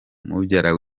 umubyara